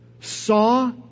Saw